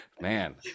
Man